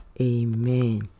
Amen